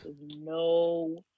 no